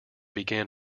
began